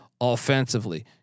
offensively